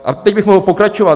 A teď bych mohl pokračovat.